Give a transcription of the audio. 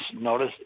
Notice